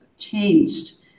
changed